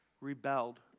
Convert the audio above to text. rebelled